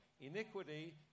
Iniquity